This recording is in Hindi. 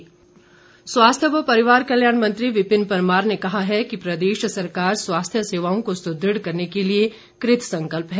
विपिन परमार स्वास्थ्य व परिवार कल्याण मंत्री विपिन परमार ने कहा है कि प्रदेश सरकार स्वास्थ्य सेवाओं को सुदृढ़ करने के लिए कृत संकल्प है